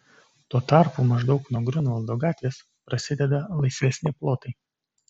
tuo tarpu maždaug nuo griunvaldo gatvės prasideda laisvesni plotai